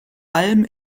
allem